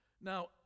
Now